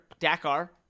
dakar